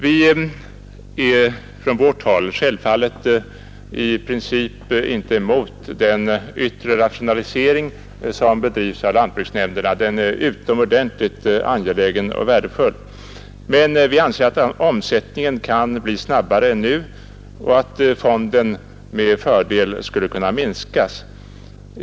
Vi är från vårt håll självfallet i princip inte emot den yttre rationalisering som bedrivs av lantbruksnämnderna; den är utomordentligt angelägen och värdefull. Men vi anser att omsättningen kan bli snabbare än nu och att fonden med fördel skulle kunna minskas.